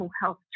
health